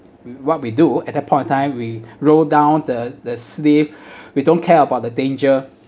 what we do at that point of time we rolled down the the slip we don't care about the danger